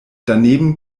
daneben